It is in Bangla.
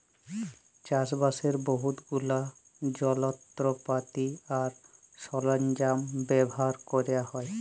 চাষবাসের বহুত গুলা যলত্রপাতি আর সরল্জাম ব্যাভার ক্যরা হ্যয়